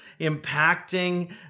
impacting